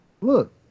look